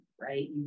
right